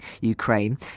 Ukraine